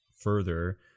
further